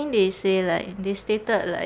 think they say like they stated like